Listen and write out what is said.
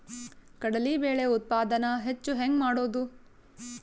ಕಡಲಿ ಬೇಳೆ ಉತ್ಪಾದನ ಹೆಚ್ಚು ಹೆಂಗ ಮಾಡೊದು?